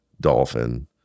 dolphin